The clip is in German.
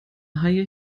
haie